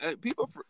people